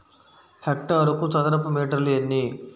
హెక్టారుకు చదరపు మీటర్లు ఎన్ని?